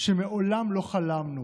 שמעולם לא חלמנו